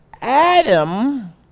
Adam